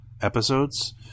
episodes